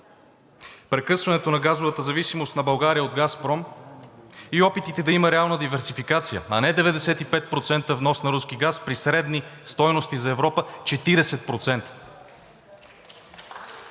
прекъсването на газовата зависимост на България от „Газпром“ и опитите да има реална диверсификация, а не 95% внос на руски газ при средни стойности за Европа 40%.